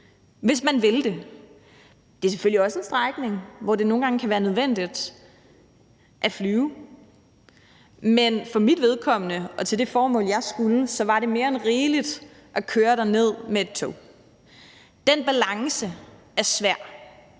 hvis man vil det. Det er selvfølgelig også en strækning, hvor det nogle gange kan være nødvendigt at flyve, men for mit vedkommende – i forhold til det formål, jeg havde – var det mere end rigeligt at køre derned med toget. Den balance er svær,